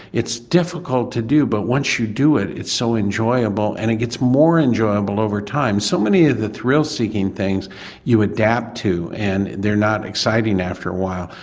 it's difficult to do but once you do it it's so enjoyable and it gets more enjoyable over time. so many of the thrill-seeking things you adapt to and they're not exciting after a while,